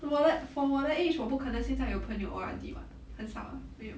我的 for 我的 age 我不可能现在有朋友 O_R_D [what] 很少没有